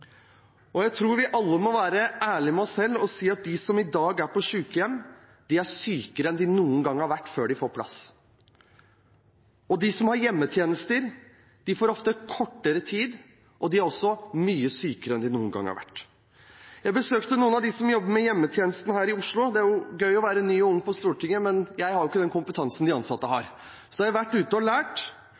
og jeg tror vi alle må være ærlige mot oss selv og si at de som i dag er på sykehjem, er sykere enn noen gang før de får plass. De som har hjemmetjenester, får ofte kortere tid, og de er også mye sykere enn noen gang. Jeg besøkte noen av dem som jobber i hjemmetjenesten her i Oslo. Det er gøy å være ny og ung på Stortinget, men jeg har jo ikke den kompetansen de ansatte har, så jeg har vært ute og lært.